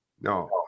No